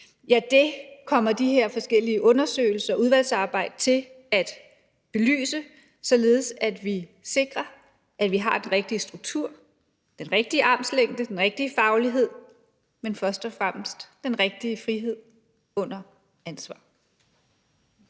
det, kommer de her forskellige undersøgelser og udvalgsarbejder til at belyse, således at vi sikrer, at vi har den rigtige struktur, den rigtige armslængde, den rigtige faglighed, men først og fremmest den rigtige frihed under ansvar.